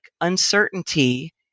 Uncertainty